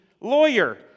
lawyer